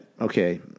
okay